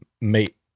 mate